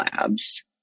labs